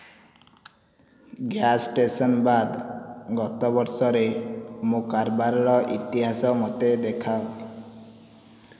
gas station ବାଦ ଗତ ବର୍ଷରେ ମୋ କାରବାରର ଇତିହାସ ମୋତେ ଦେଖାଅ